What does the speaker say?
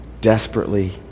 desperately